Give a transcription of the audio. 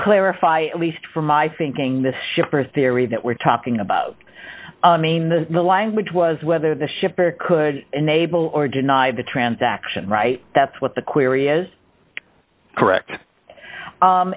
larify at least from my thinking this shipper theory that we're talking about mean the language was whether the shipper could enable or deny the transaction right that's what the query is correct